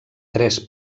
tres